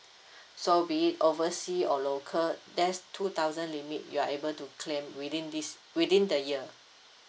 so be it overseas or local there's two thousand limit you are able to claim within this within the year